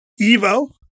Evo